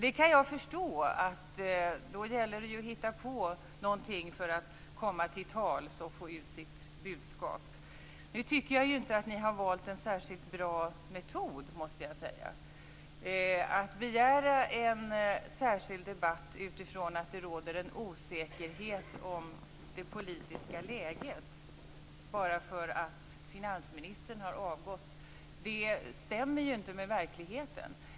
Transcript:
Då kan jag förstå att det gäller att hitta på något för att komma till tals och få ut sitt budskap. Nu tycker jag inte att ni har valt en särskilt bra metod måste jag säga; att begära en särskild debatt utifrån att det råder en osäkerhet om det politiska läget bara för att finansministern har avgått. Det stämmer ju inte med verkligheten.